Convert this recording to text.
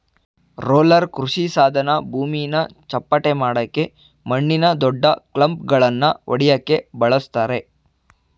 roller ಕೃಷಿಸಾಧನ ಭೂಮಿನ ಚಪ್ಪಟೆಮಾಡಕೆ ಮಣ್ಣಿನ ದೊಡ್ಡಕ್ಲಂಪ್ಗಳನ್ನ ಒಡ್ಯಕೆ ಬಳುಸ್ತರೆ